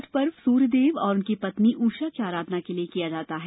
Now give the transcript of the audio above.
छठ पर्व सूर्य देव और उनकी पत्नी उषा की अराधना के लिए किया जाता है